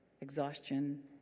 exhaustion